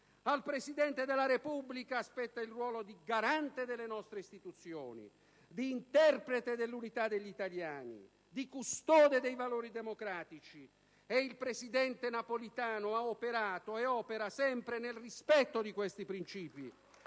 Al Presidente della Repubblica spetta il ruolo di garante delle nostre istituzioni, di interprete dell'unità degli italiani, di custode dei valori democratici. Il presidente Napolitano ha operato e opera sempre nel rispetto di questi principi